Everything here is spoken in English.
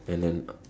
and then